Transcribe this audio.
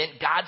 God